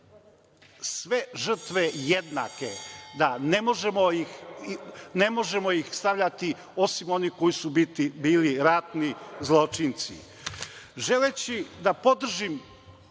sve žrtve jednake, da ne možemo ih stavljati, osim onih koji su bili ratni zločinci. Želeći da podržim